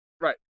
right